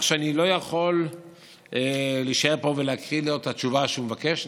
שאני לא יכול להישאר פה ולהקריא את התשובה שהוא מבקש.